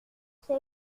c’est